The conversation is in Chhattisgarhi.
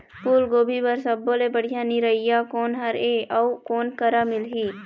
फूलगोभी बर सब्बो ले बढ़िया निरैया कोन हर ये अउ कोन करा मिलही?